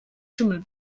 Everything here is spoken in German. schimmel